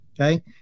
Okay